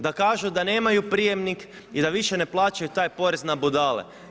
Da kažu da nemaju prijamnik i da više ne plaćaju taj porez na budale.